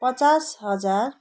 पचास हजार